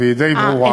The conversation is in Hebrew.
והיא די ברורה.